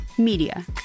media